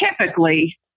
typically